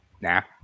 Now